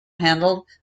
handled